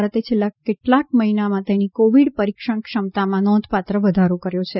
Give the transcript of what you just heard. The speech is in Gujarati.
ભારતે છેલ્લા કેટલાક મહિનામાં તેની કોવિડ પરીક્ષણ ક્ષમતામાં નોંધપાત્ર વધારો કર્યો છે